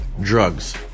drugs